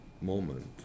moment